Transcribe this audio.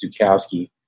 Zukowski